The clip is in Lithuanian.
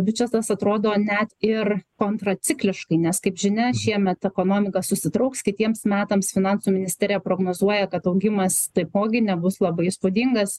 biudžetas atrodo net ir kontracikliškai nes kaip žinia šiemet ekonomika susitrauks kitiems metams finansų ministerija prognozuoja kad augimas taipogi nebus labai įspūdingas